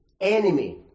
enemy